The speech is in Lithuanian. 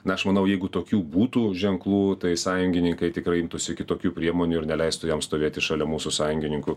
na aš manau jeigu tokių būtų ženklų tai sąjungininkai tikrai imtųsi kitokių priemonių ir neleistų jam stovėti šalia mūsų sąjungininkų